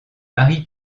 marie